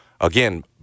again